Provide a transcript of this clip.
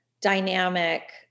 dynamic